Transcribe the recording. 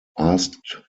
asked